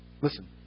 Listen